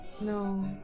No